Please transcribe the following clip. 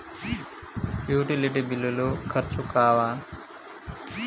Utility బిల్లులు ఖర్చు కావా?